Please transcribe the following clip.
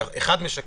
אולי אחד משקר,